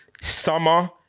summer